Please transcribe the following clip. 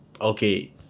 okay